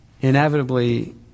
inevitably